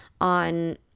on